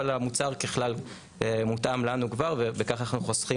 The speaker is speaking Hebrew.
אבל המוצר ככלל מותאם לנו כבר וכך אנחנו חוסכים